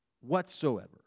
whatsoever